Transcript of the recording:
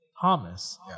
Thomas